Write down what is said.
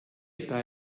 eta